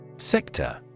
Sector